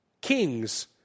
Kings